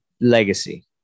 Legacy